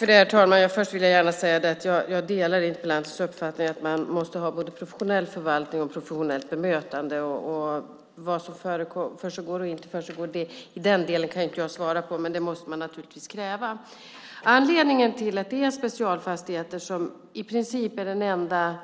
Herr talman! Först vill jag gärna säga att jag delar interpellantens uppfattning att man måste ha både professionell förvaltning och professionellt bemötande. Vad som försiggår i den delen kan jag inte svara på, men det måste man naturligtvis kräva. Anledningen till att Specialfastigheter i princip är den enda